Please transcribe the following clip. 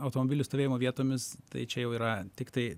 automobilių stovėjimo vietomis tai čia jau yra tiktai